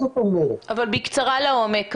בקצרה לעומק.